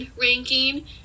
ranking